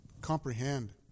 comprehend